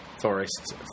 forest